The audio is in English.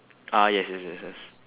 ah yes yes yes yes